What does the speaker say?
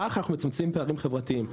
כך אנחנו מצמצמים פערים חברתיים.